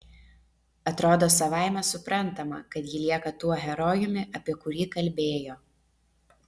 atrodo savaime suprantama kad ji lieka tuo herojumi apie kurį kalbėjo